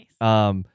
Nice